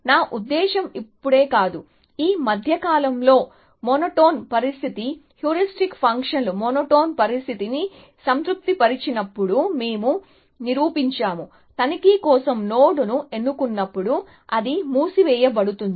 నా ఉద్దేశ్యం ఇప్పుడే కాదు ఈ మధ్యకాలంలో మోనోటోన్ పరిస్థితి హ్యూరిస్టిక్ ఫంక్షన్ మోనోటోన్ పరిస్థితిని సంతృప్తిపరిచినప్పుడు మేము నిరూపించాము తనిఖీ కోసం నోడ్ను ఎన్నుకున్నప్పుడు అది మూసివేయబడుతుంది